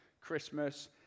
Christmas